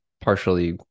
partially